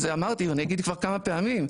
וזה אמרתי ואני אגיד כבר כמה פעמים,